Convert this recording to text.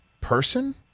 person